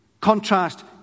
Contrast